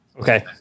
Okay